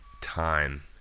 time